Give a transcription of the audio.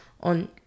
on